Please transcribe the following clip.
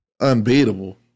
Unbeatable